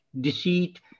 deceit